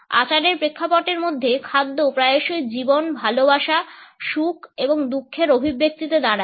আচারের প্রেক্ষাপটের মধ্যে খাদ্য প্রায়শই জীবন ভালোবাসা সুখ এবং দুঃখের অভিব্যক্তিতে দাঁড়ায়